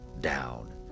Down